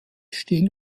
still